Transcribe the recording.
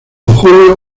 julio